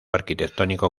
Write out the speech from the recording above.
arquitectónico